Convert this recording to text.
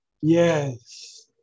Yes